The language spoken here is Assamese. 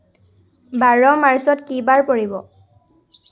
বাৰ মাৰ্চত কি বাৰ পৰিব